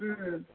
अँ